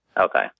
okay